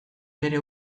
bere